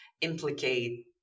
implicate